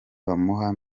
bamuha